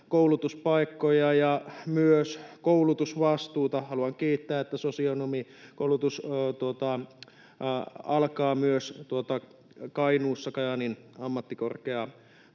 koulutuspaikkoja ja myös koulutusvastuuta. Haluan kiittää siitä, että sosionomikoulutus alkaa myös Kainuussa Kajaanin ammattikorkeakoulun